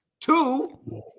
Two